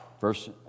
Verse